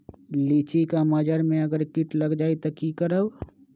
लिचि क मजर म अगर किट लग जाई त की करब?